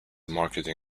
marketing